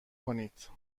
کنید